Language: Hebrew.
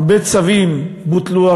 הרי הרבה צווים בוטלו,